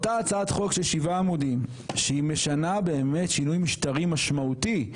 אותה הצעת חוק של שבעה עמודים שהיא משנה באמת שינוי משטרי משמעותי,